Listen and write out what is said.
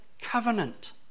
covenant